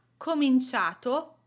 cominciato